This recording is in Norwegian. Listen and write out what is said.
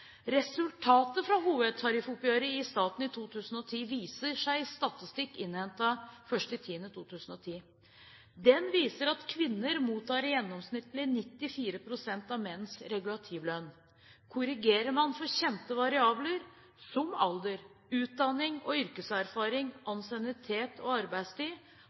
Resultatet fra hovedtariffoppgjøret i staten i 2010 viser seg i statistikk innhentet 1. oktober 2010. Den viser at kvinner mottar gjennomsnittlig 94 pst. av menns regulativlønn. Korrigerer man for kjente variabler, som alder, utdanning, yrkeserfaring, ansiennitet og arbeidstid,